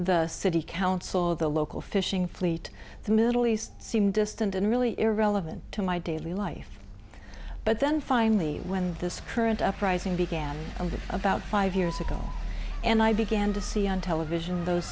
the city council the local fishing fleet the middle east seemed distant and really irrelevant to my daily life but then finally when this current uprising began about five years ago and i began to see on television those